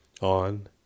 On